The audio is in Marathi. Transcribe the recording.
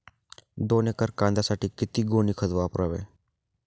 दोन एकर कांद्यासाठी किती गोणी खत वापरावे?